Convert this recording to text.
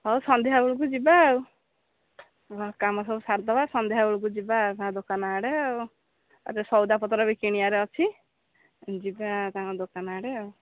ହଉ ସନ୍ଧ୍ୟା ବେଳକୁ ଯିବା ଆଉ ହଁ କାମ ସବୁ ସାରିଦେବା ସନ୍ଧ୍ୟା ବେଳକୁ ଯିବା ତାଙ୍କ ଦୋକାନ ଆଡ଼େ ଆଉ ଆଉ ସେ ସଉଦାପତ୍ର ବି କିଣିବାର ଅଛି ଯିବା ତାଙ୍କ ଦୋକାନ ଆଡ଼େ ଆଉ